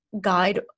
guide